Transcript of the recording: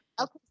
Okay